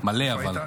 אבל מלא.